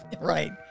Right